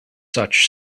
such